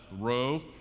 row